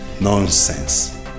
Nonsense